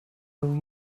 will